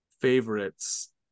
favorites